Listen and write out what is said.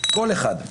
כל אחד.